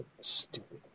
stupid